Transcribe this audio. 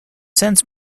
since